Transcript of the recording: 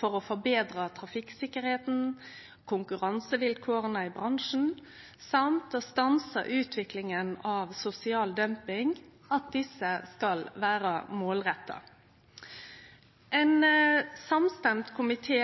for å forbetre trafikksikkerheita og konkurransevilkåra i bransjen og å stanse utviklinga av sosial dumping, skal vere målretta. Ein samstemd komité